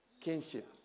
kinship